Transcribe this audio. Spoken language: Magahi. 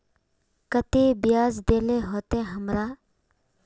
केते बियाज देल होते हमरा?